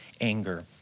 anger